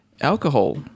Alcohol